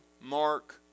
Mark